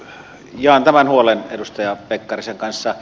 jaan tämän huolen edustaja pekkarisen kanssa